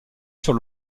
sur